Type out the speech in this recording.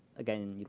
again,